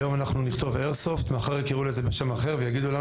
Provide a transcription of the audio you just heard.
היום אנחנו נכתוב איירסופט ומחר יקראו לזה בשם אחר ויגידו לנו